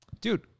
Dude